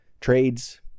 trades